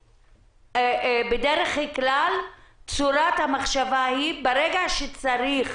ובדרך כלל צורת המחשבה היא שברגע שצריך